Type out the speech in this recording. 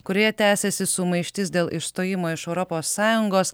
kurioje tęsiasi sumaištis dėl išstojimo iš europos sąjungos